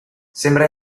sembra